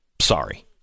Sorry